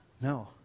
No